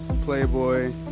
Playboy